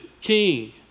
king